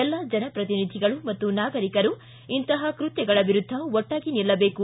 ಎಲ್ಲಾ ಜನಪ್ರತಿನಿಧಿಗಳು ಮತ್ತು ನಾಗರಿಕರು ಇಂತಹ ಕೃತ್ಯಗಳ ವಿರುದ್ಧ ಒಟ್ಟಾಗಿ ನಿಲ್ಲಬೇಕು